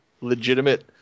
legitimate